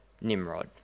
Nimrod